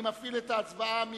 אני מפעיל את ההצבעה.